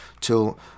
till